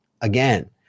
again